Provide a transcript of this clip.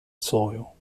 soil